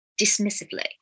dismissively